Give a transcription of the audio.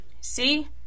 See